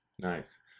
Nice